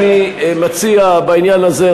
אני מציע בעניין הזה,